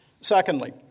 Secondly